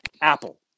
Apple